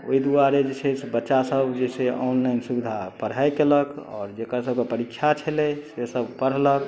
ओहि दुआरे जे छै से बच्चा सब जे छै ऑनलाइन सुविधा पढ़ाइ केलक आओर जेकर सबके परीक्षा छलै से सब पढ़लक